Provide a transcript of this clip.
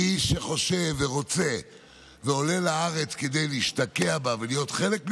מי שחושב ורוצה ועולה לארץ כדי להשתקע בה ולהיות חלק,